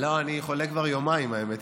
לא, אני חולה כבר יומיים, האמת.